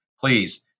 please